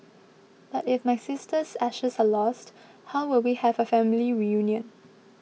but if my sister's ashes are lost how will we have a family reunion